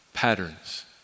Patterns